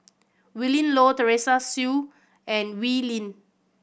Willin Low Teresa Hsu and Wee Lin